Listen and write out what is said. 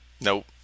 Nope